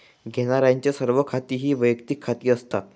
घेण्यारांचे सर्व खाती ही वैयक्तिक खाती असतात